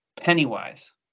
Pennywise